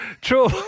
True